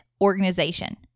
organization